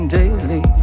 daily